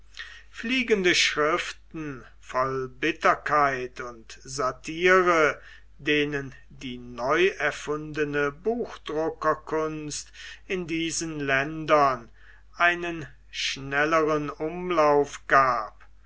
fliegende schriften voll bitterkeit und satire denen die neuerfundene buchdruckerkunst in diesen ländern einen schnellern umlauf gab